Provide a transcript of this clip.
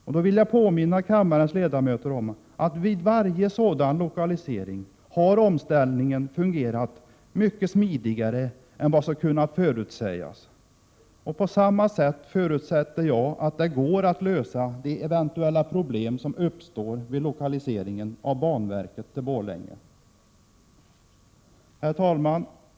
Jag vill påminna kammarens ledamöter om att omställningen vid varje sådan lokalisering fungerat mycket smidigare än vad som kunnat förutsägas. Jag förutsätter att det går att lösa de eventuella problem som uppstår vid lokaliseringen av banverket till Borlänge på samma sätt. Herr talman!